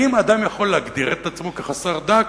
האם אדם יכול להגדיר את עצמו כחסר דת?